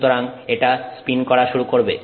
সুতরাং এটা স্পিন করা শুরু করবে